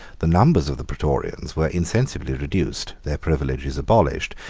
the numbers of the praetorians were insensibly reduced, their privileges abolished,